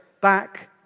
back